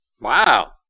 wow